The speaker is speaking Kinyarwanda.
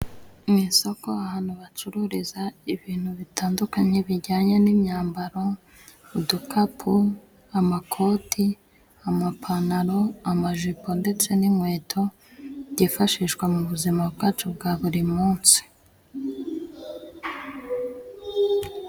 Mu isoko ahantu bacururiza ibintu bitandukanye bijyanye n'imyambaro, udukapu, amakoti, amapantaro, amajipo, ndetse n'inkweto byifashishwa mu buzima bwacu bwa buri munsi.